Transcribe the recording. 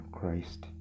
Christ